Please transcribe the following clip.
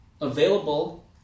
available